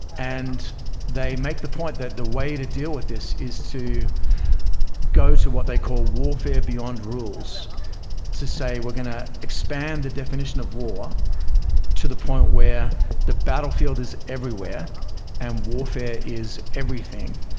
and they make the point that the way to deal with this is to go to what they call warfare beyond rules to say we're going to expand the definition of war to the point where the battlefield is everywhere and warfare is everything.